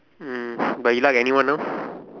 mm but you like anyone now